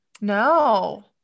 no